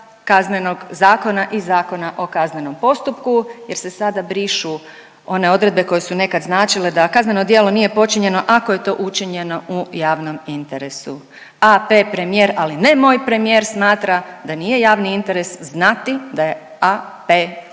Kaznenog zakona i Zakona o kaznenom postupku jer se sada brišu one odredbe koje su nekad značile da kazneno djelo nije počinjeno ako je to učinjeno u javnom interesu. AP premijer, ali ne moj premijer smatra da nije javni interes znati da je AP umočen